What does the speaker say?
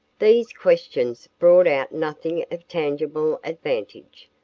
these questions brought out nothing of tangible advantage,